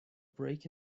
break